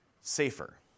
safer